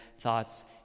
thoughts